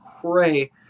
pray